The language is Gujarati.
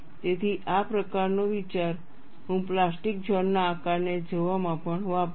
તેથી આ પ્રકારનો વિચાર હું પ્લાસ્ટિક ઝોન ના આકારને જોવામાં પણ વાપરીશ